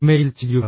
email ചെയ്യുക